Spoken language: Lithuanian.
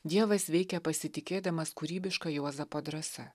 dievas veikia pasitikėdamas kūrybiška juozapo drąsa